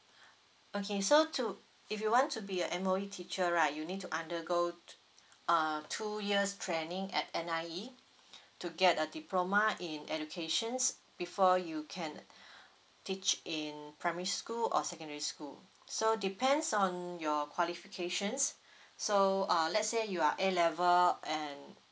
okay so to if you want to be a M_O_E teacher right you need to undergo t~ uh two years training at N_I_E to get a diploma in educations before you can teach in primary school or secondary school so depends on your qualifications so uh let's say you are a level and